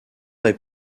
est